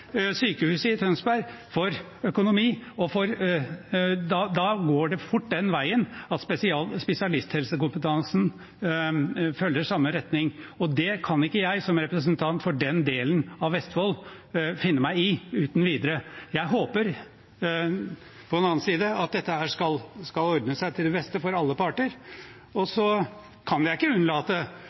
Tønsberg for økonomi, går det fort den veien at spesialisthelsekompetansen følger i samme retning, og det kan ikke jeg som representant for den delen av Vestfold finne meg i uten videre. Jeg håper på den annen side at dette skal ordne seg til det beste for alle parter. Så kan jeg ikke unnlate